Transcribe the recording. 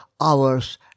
hours